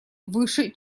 выше